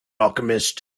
alchemist